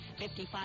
55